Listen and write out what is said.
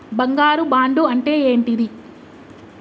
బంగారు బాండు అంటే ఏంటిది?